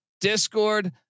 Discord